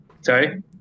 Sorry